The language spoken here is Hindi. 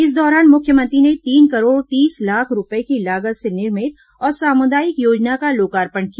इस दौरान मुख्यमंत्री ने तीन करोड़ तीस लाख रूपये की लागत से निर्मित सौर सामुदायिक योजना का लोकार्पण किया